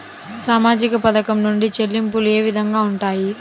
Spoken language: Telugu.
సామాజిక పథకం నుండి చెల్లింపులు ఏ విధంగా ఉంటాయి?